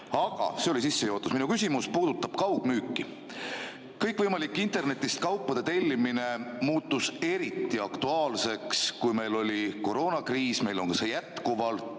Aga see oli sissejuhatus. Minu küsimus puudutab kaugmüüki. Kõikvõimalik internetist kaupade tellimine muutus eriti aktuaalseks, kui meil oli koroonakriis, meil on see ka jätkuvalt,